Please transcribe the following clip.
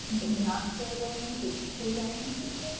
it's not four lanes, it's two lanes.